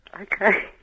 Okay